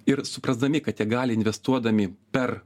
ir suprasdami kad jie gali investuodami per